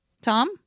Tom